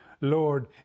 Lord